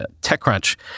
TechCrunch